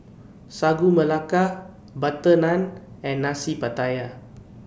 Sagu Melaka Butter Naan and Nasi Pattaya